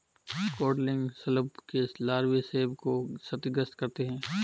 codling शलभ के लार्वे सेब को क्षतिग्रस्त करते है